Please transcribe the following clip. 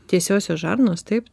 tiesiosios žarnos taip